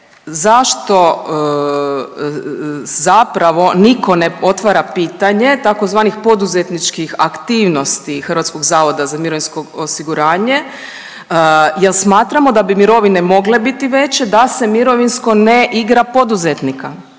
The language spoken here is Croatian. zašto zapravo niko ne otvara pitanje tzv. poduzetničkih aktivnosti HZMO-a jel smatramo da bi mirovine mogle biti veće da se mirovinsko ne igra poduzetnika